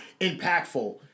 impactful